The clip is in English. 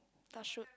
touch wood